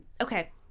okay